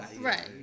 right